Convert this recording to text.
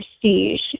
prestige